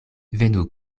venu